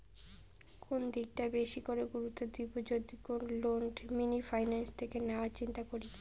কোন দিকটা বেশি করে গুরুত্ব দেব যদি গোল্ড লোন মিনি ফাইন্যান্স থেকে নেওয়ার চিন্তা করি?